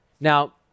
Now